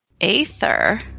Aether